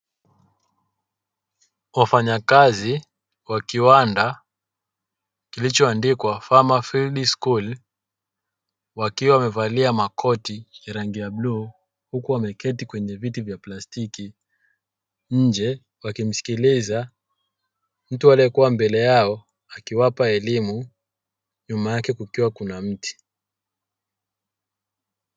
Wafanyakazi wa kiwanda kilichoandikwa "farmer field school" wakiwa wamevalia makoti ya rangi ya bluu, huku wameketi kwenye viti vya plastiki nje wakimsikiliza mtu aliyekuwa mbele yao akiwapa elimu, nyuma yake kukiwa kuna mti.